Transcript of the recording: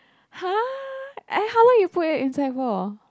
!huh! like how long you put it inside for